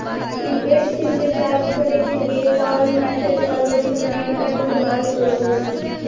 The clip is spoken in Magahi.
प्रीपेड सिम रिचार्ज करे के लिए कॉल, मैसेज औरो इंटरनेट का इस्तेमाल करो हइ